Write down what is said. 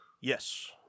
Yes